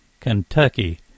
Kentucky